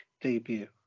debut